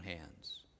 hands